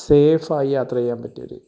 safe ആയി യാത്ര ചെയ്യാൻ പറ്റിയ ഒരു